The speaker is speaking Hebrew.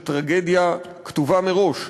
של טרגדיה כתובה מראש,